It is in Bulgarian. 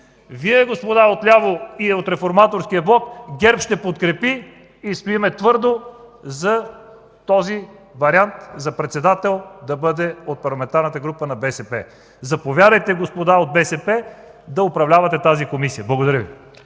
Вие, господа от ляво и от Реформаторския блок. ГЕРБ ще подкрепи и стоим твърдо за този вариант – за председател да бъде от Парламентарната група на БСП. Заповядайте, господа от БСП, да управлявате тази комисия. Благодаря Ви.